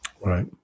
Right